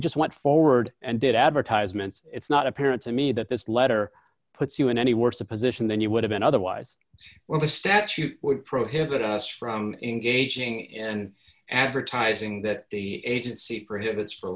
you just went forward and did advertisements it's not apparent to me that this letter puts you in any worse a position than you would have been otherwise well the statute would prohibit us from engaging in and advertising that the agency prohibits for